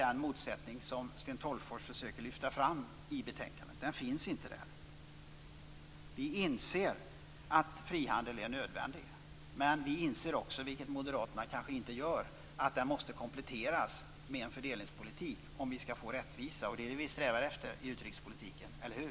Den motsättning som Sten Tolgfors försöker lyfta fram finns inte i betänkandet. Vi inser att frihandel är nödvändigt, men vi inser också - vilket moderaterna kanske inte gör - att den måste kompletteras med en fördelningspolitik om vi skall få rättvisa. Det är det vi strävar efter i utrikespolitiken - eller hur?